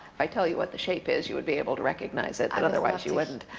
if i tell you what the shape is you would be able to recognize it, but otherwise you wouldn't.